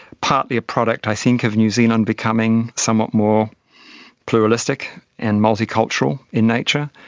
partly a product i think of new zealand becoming somewhat more pluralistic and multicultural in nature.